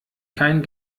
kein